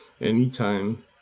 anytime